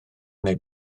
neu